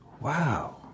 Wow